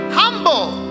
humble